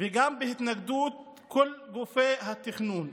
וגם הייתה התנגדות של כל גופי התכנון.